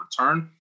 return